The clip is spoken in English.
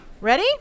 Ready